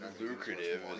lucrative